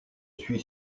suis